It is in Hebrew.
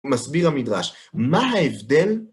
מסביר המדרש. מה ההבדל?